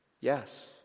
Yes